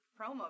promo